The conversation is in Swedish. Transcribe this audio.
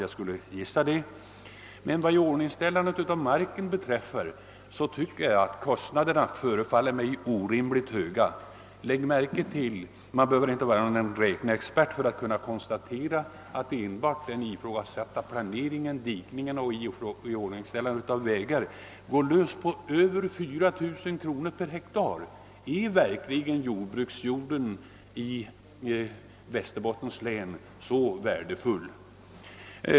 Det är kostnaderna för iordningställandet av marken som jag anser vara orimligt höga. Enbart den ifrågasatta planeringen, dikningen och iordningställandet av vägar kostar över 4000 kronor per hektar. Är verkligen jordbruksjorden i Västerbottens län så värdefull?